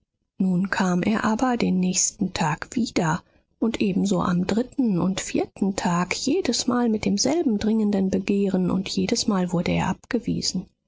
nun kam er aber den nächsten tag wieder und ebenso am dritten und vierten tag jedesmal mit demselben dringenden begehren und jedesmal wurde er abgewiesen